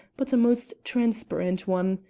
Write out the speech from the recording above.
but a most transparent one.